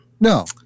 No